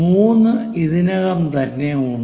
3 ഇതിനകം തന്നെ ഉണ്ട്